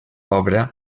obra